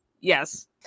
Yes